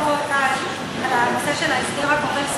על הנושא של ההסדר הכובל,